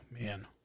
man